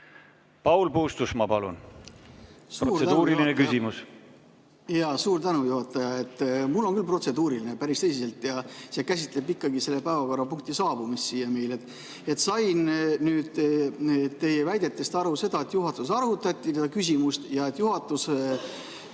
Paul Puustusmaa, palun! Protseduuriline küsimus. Suur tänu, juhataja! Mul on küll protseduuriline, päris tõsiselt. See käsitleb ikkagi selle päevakorrapunkti saabumist siia. Sain teie väidetest aru, et juhatuses arutati seda küsimust ja et juhatus